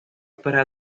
para